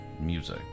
music